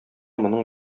моның